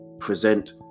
present